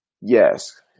yes